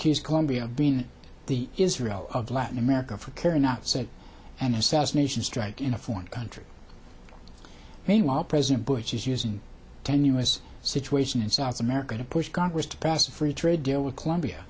accuse colombia being the israel of latin america for carrying out said an assassination strike in a foreign country meanwhile president bush is using a tenuous situation in south america to push congress to pass a free trade deal with colombia